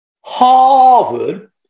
Harvard